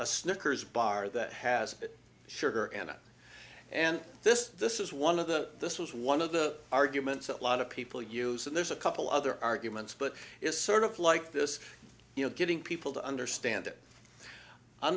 a snickers bar that has sugar and it and this this is one of the this was one of the arguments a lot of people use and there's a couple other arguments but it's sort of like this you know getting people to understand it on